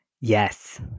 Yes